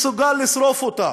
מסוגל לשרוף אותה,